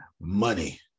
Money